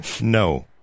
no